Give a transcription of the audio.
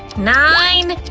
nine,